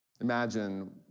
Imagine